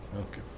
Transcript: Okay